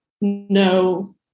no